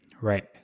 right